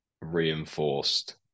reinforced